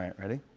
ready?